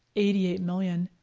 eighty eight million,